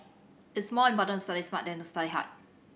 it's more important to study smart than to study hard